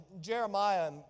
Jeremiah